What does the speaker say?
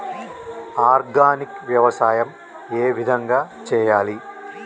Organic వ్యవసాయం ఏ విధంగా చేయాలి?